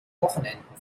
wochenenden